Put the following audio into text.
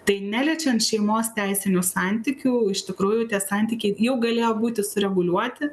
tai neliečiant šeimos teisinių santykių iš tikrųjų tie santykiai jau galėjo būti sureguliuoti